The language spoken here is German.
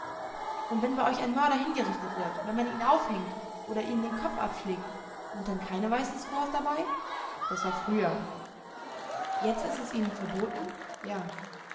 und wenn bei euch ein mörder hingerichtet wird wenn man ihn aufhängt oder ihm den kopf abschlägt sind dann keine weißen squaws dabei das war früher jetzt ist es ihnen verboten ja